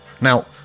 Now